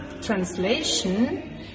translation